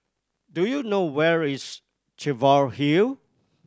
do you know where is Cheviot Hill